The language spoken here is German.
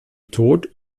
tod